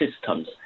systems